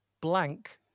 blank